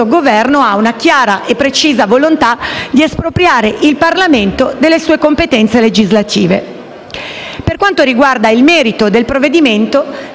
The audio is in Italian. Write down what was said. Governo ha una chiara e precisa volontà di espropriare il Parlamento delle sue competenze legislative. Per quanto riguarda il merito del provvedimento,